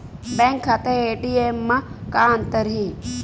Bank खाता ATM मा का अंतर हे?